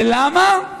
ולמה?